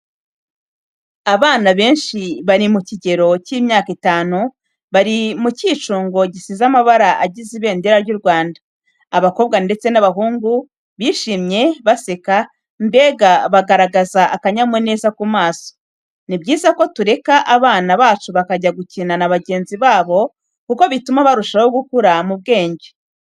Abana benshi bari mu kigero cy'imyaka itanu, bari mu cyicungo gisize amabara agize ibendera ry'u Rwanda, abakobwa ndetse n'abahungu, bishimye, baseka mbega bagaragaza akanyamuneza ku maso. Ni byiza ko tureka abana bacu bakajya gukina na bagenzi babo kuko bituma barushaho gukura mu bwenge.